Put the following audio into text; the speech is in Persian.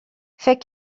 فکر